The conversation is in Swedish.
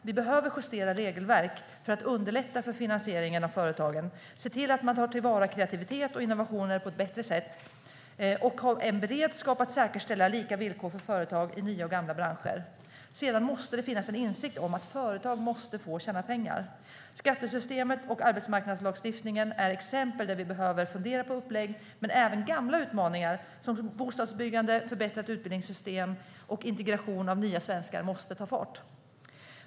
Vi behöver justera regelverk för att underlätta finansieringen av företagen, se till att man tar till vara kreativitet och innovationer på ett bättre sätt och ha en beredskap att säkerställa lika villkor för företag i nya och gamla branscher. Sedan måste det finnas en insikt om att företag måste få tjäna pengar. Skattesystemet och arbetsmarknadslagstiftningen är exempel där vi behöver fundera på upplägg. Men även när det gäller gamla utmaningar som handlar om bostadsbyggande, förbättrat utbildningssystem och integration av nya svenskar måste det ta fart.